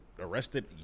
arrested